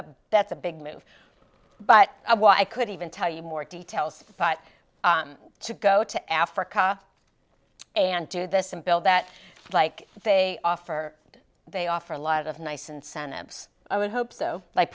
a that's a big move but i could even tell you more details but to go to africa and do this and bill that like they offer they offer a lot of nice incentives i would hope so like